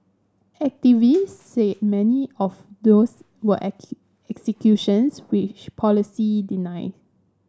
activists say many of those were executions which policy deny